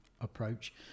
approach